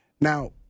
Now